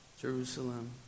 Jerusalem